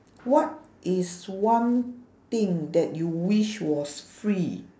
what is one thing that you wish was free